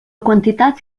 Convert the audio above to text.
quantitat